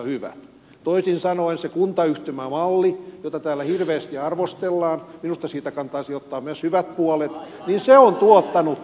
toisin sanoen se kuntayhtymä malli jota täällä hirveästi arvostellaan minusta siitä kannattaisi ottaa hyvät puolet on tuottanut tämän